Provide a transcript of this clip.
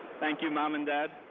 thank you, mom and dad.